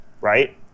right